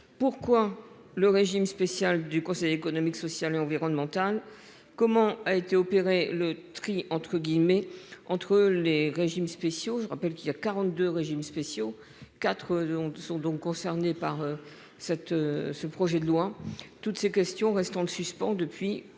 pourquoi le régime spécial du Conseil économique, social et environnemental. Comment a été opéré le tri entre guillemets entre les régimes spéciaux, je rappelle qu'il y a 42 régimes spéciaux 4 sont donc concernés par cette ce projet de loi. Toutes ces questions restant le suspens depuis que